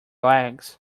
legs